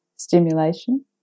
Stimulation